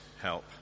help